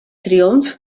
triomf